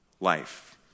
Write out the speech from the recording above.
life